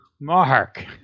Mark